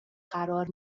قرار